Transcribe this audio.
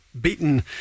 beaten